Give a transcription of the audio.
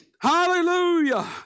hallelujah